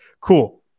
cool